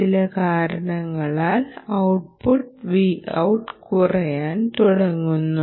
ചില കാരണങ്ങളാൽ output Vout കുറയാൻ തുടങ്ങുന്നു